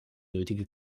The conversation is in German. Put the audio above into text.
nötige